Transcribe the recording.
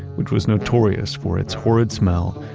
which was notorious for its horrid smell,